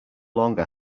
longer